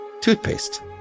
toothpaste